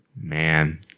man